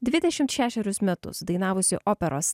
dvidešimt šešerius metus dainavusi operos